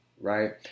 right